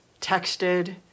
texted